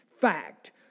Fact